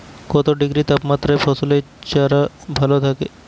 কত ডিগ্রি তাপমাত্রায় ফসলের চারা ভালো থাকে?